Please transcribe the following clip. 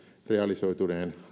realisoituneen